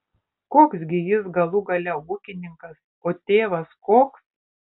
koks gi jis galų gale ūkininkas o tėvas koks